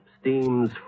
steams